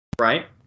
Right